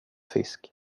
fisk